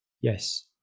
Yes